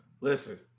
Listen